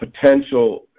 potential